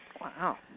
Wow